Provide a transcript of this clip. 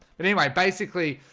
but anyway, basically,